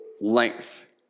length